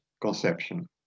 conception